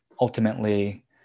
ultimately